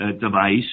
device